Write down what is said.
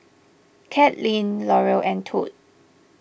Kathlene Laurel and Tod